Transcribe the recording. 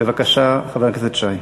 בבקשה, חבר הכנסת שי.